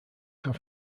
have